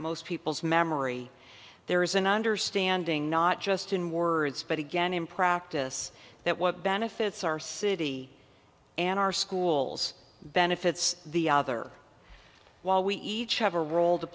most people's memory there is an understanding not just in words but again in practice that what benefits our city and our schools benefits the other while we each have a role to